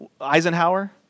Eisenhower